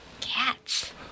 Cats